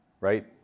right